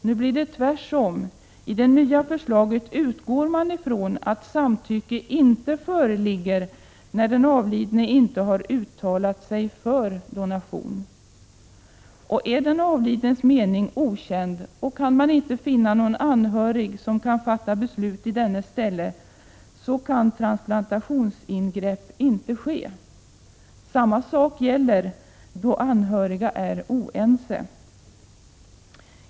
Nu blir det tvärtom: i det nya förslaget utgår man ifrån att samtycke inte föreligger när den avlidne inte uttalat sig för donation. Är den avlidnes mening okänd och man inte kan finna en anhörig som kan fatta beslut i dennes ställe, kan transplantationsingrepp inte ske. Detsamma gäller då anhöriga är oense.